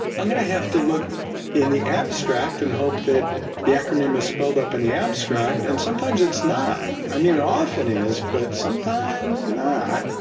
i'm going to have to look in the abstract and hope that the acronym is spelled up in the abstract and sometimes it's not. i mean it often is but sometimes not.